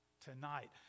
tonight